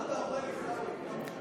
מה אתה אוכל, עיסאווי?